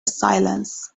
silence